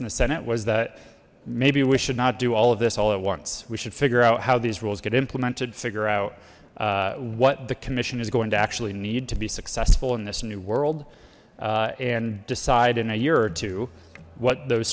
senate was that maybe we should not do all of this all at once we should figure out how these rules get implemented figure out what the commission is going to actually need to be successful in this new world and decide in a year or two what those